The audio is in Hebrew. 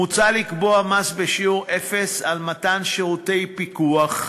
מוצע לקבוע מס בשיעור אפס על מתן שירותי פיקוח,